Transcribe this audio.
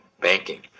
banking